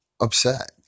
upset